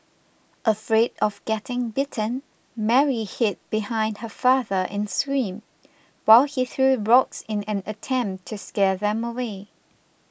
afraid of getting bitten Mary hid behind her father and screamed while he threw rocks in an attempt to scare them away